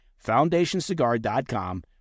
FoundationCigar.com